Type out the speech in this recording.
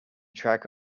track